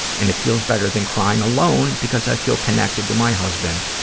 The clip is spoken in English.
and it feels better than crying alone because i feel connected to my husband,